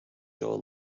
jaw